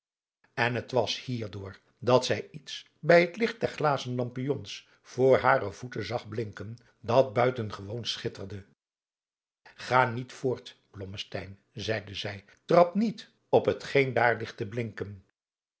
en t was hier door dat zij iets bij het licht der glazen lampions voor hare voeten zag blinken dat buitengewoon schitterde ga niet voort blommesteyn zeide zij trap niet op het geen daar ligt te blinken